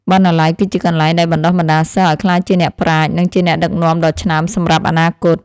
បណ្ណាល័យ គឺជាកន្លែងដែលបណ្តុះបណ្តាលសិស្សឱ្យក្លាយជាអ្នកប្រាជ្ញ និងជាអ្នកដឹកនាំដ៏ឆ្នើមសម្រាប់អនាគត។